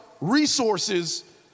resources